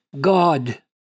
God